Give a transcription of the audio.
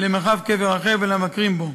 למרחב קבר רחל ולמבקרים בו.